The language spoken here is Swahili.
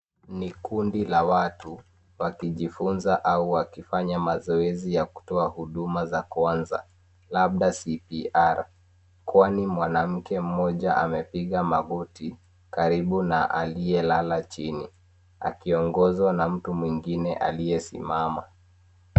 Nni kundi la watu wakijifunza au wakifanaya mazoezi ya kutoa huduma za kwanza labda CPR. Kwani mwanamke mmoja amepiga magoti karibu na aliyelala chini akiongozwa na mtu mwingine aliyesimama.